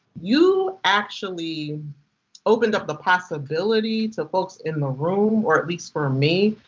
you actually opened up the possibility to folks in the room, or at least for me,